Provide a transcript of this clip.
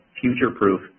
future-proof